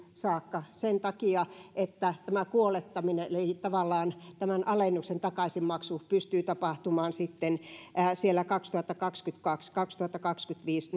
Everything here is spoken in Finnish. saakka sen takia että kuolettaminen eli tavallaan tämän alennuksen takaisinmaksu pystyy tapahtumaan sitten siellä kaksituhattakaksikymmentäkaksi viiva kaksituhattakaksikymmentäviisi